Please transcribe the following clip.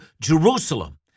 Jerusalem